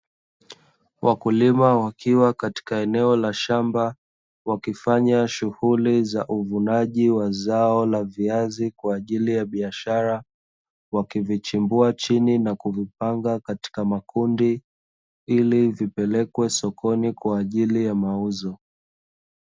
Wakulima wakiwa katika eneo la shamba, wakifanya shughuli za uvunaji wa zao la viazi kwa ajili ya biashara. Wakivichumbua chini na kuvipanga katika makundi, ili vipelekwe sokoni kwa ajili ya mauzo.